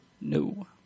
No